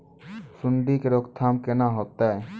सुंडी के रोकथाम केना होतै?